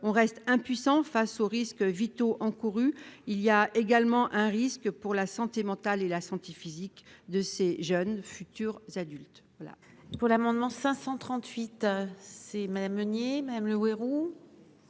on reste impuissant face aux risques vitaux encourus, il y a également un risque pour la santé mentale et la santé physique de ces jeunes futurs adultes